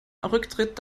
rücktritt